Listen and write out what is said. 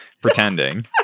pretending